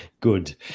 Good